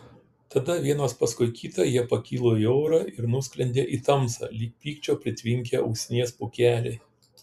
tada vienas paskui kitą jie pakilo į orą ir nusklendė į tamsą lyg pykčio pritvinkę usnies pūkeliai